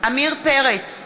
עמיר פרץ,